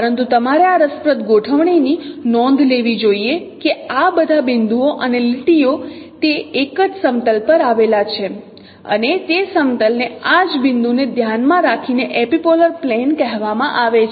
પરંતુ તમારે આ રસપ્રદ ગોઠવણી ની નોંધ લેવી જોઈએ કે આ બધા બિંદુઓ અને લીટીઓ તે એક જ સમતલ પર આવેલા છે અને તે સમતલ ને આ જ બિંદુ ને ધ્યાન માં રાખીને એપિપોલર પ્લેન કહેવામાં આવે છે